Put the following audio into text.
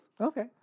Okay